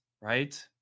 right